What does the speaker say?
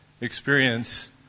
experience